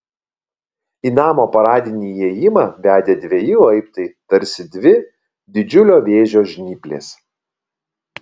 į namo paradinį įėjimą vedė dveji laiptai tarsi dvi didžiulio vėžio žnyplės